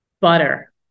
Butter